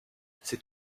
c’est